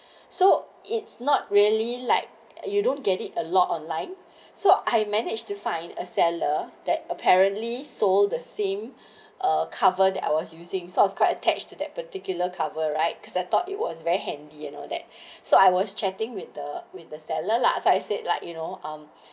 so it's not really like you don't get it a lot online so I manage to find a seller that apparently sold the same uh cover that I was using sort of quite attached to that particular cover right cause I thought it was very handy and all that so I was chatting with the with the seller lah so I said like you know um